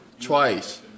Twice